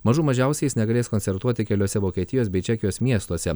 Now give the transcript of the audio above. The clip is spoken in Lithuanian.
mažų mažiausiai jis negalės koncertuoti keliuose vokietijos bei čekijos miestuose